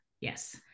yes